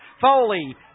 Foley